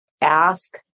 ask